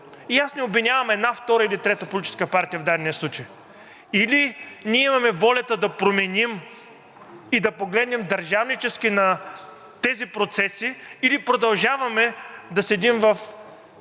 И не обвинявам една, втора или трета политическа партия в дадения случай. Или ние имаме волята да променим и да погледнем държавнически на тези процеси, или продължаваме да седим в